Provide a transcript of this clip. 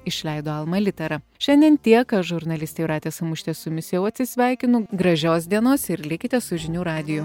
išleido alma litera šiandien tiek aš žurnalistė jūratė samušytė su jumis jau atsisveikinu gražios dienos ir likite su žinių radiju